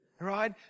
Right